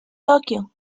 tokio